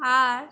আর